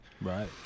Right